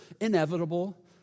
inevitable